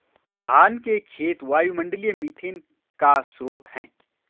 धान के खेत वायुमंडलीय मीथेन का स्रोत हैं